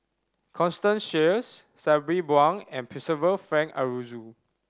Constance Sheares Sabri Buang and Percival Frank Aroozoo